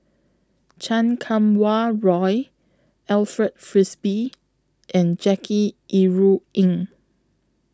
Chan Kum Wah Roy Alfred Frisby and Jackie Yi Ru Ying